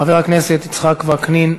חבר הכנסת יצחק וקנין,